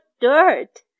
dirt